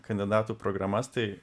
kandidatų programas tai